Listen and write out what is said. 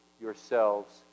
yourselves